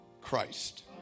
Christ